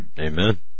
Amen